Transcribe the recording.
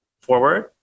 forward